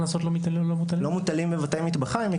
לא מוטלים בבתי מטבחיים,